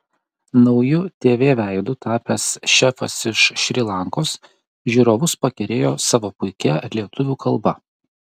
nauju tv veidu tapęs šefas iš šri lankos žiūrovus pakerėjo savo puikia lietuvių kalba